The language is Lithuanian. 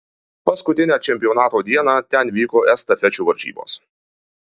paskutinę čempionato dieną ten vyko estafečių varžybos